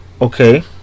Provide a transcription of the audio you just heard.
Okay